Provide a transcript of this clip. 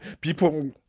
People